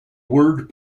word